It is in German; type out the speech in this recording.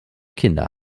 kinder